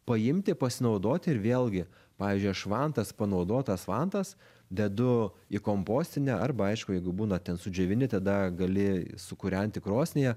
paimti pasinaudoti ir vėlgi pavyzdžiui aš vantas panaudotas vantas dedu į kompostinę arba aišku jeigu būna ten sudžiovini tada gali sukūrenti krosnyje